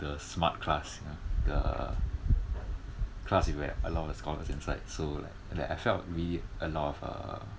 the smart class you know the class where a lot of the scholars inside so like I felt really a lot of uh